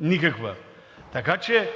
Никаква. Така че